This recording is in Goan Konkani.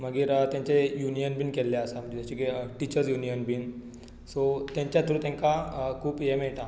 मागीर तांचे युनियन बी केल्ले आसता म्हणजे जशे की टिचर्स युनियन बी सो तांच्या थ्रू तांकां खूब हें मेळटा